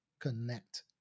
connect